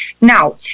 Now